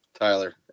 Tyler